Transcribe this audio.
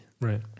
Right